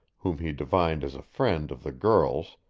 whom he divined as a friend of the girl's,